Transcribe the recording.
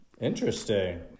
Interesting